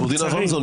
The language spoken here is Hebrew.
עורך דין אברמזון,